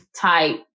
type